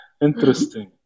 interesting